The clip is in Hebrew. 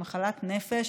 היא מחלת נפש.